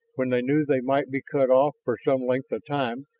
when they knew they might be cut off for some length of time,